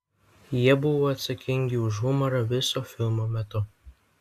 jie buvo atsakingi už humorą viso filmo metu